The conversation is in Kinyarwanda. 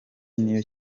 niyo